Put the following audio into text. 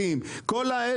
על המוסכים הלא מוסדרים,